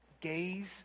Gaze